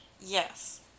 Yes